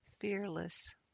fearless